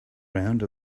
around